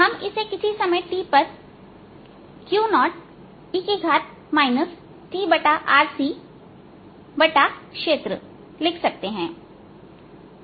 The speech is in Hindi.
हम इसे किसी समय t पर Q0e tRC क्षेत्रलिख सकते हैं